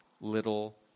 little